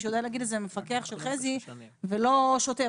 אולי המפקחים של חזי ולא השוטר.